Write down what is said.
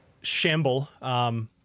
shamble